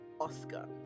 Oscar